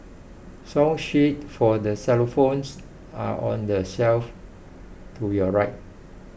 song sheets for the xylophones are on the shelf to your right